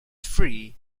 free